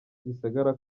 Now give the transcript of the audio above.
gisagara